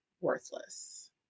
worthless